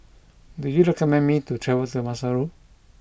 do you recommend me to travel to Maseru